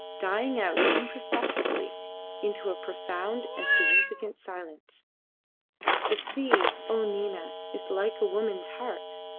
dying out imperceptibly into a profound and significant silence the sea, o nina, is like a woman's heart.